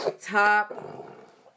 top